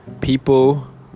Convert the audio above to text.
People